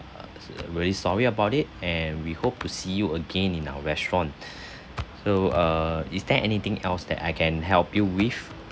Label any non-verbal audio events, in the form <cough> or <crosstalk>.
uh s~ really sorry about it and we hope to see you again in our restaurant <breath> so err is there anything else that I can help you with